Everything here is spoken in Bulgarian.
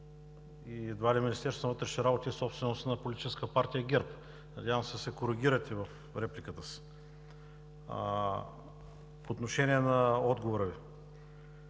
и едва ли Министерството на вътрешните работи е собственост на Политическа партия ГЕРБ. Надявам се да се коригирате в репликата си. По отношение на отговора Ви,